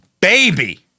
baby